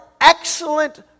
excellent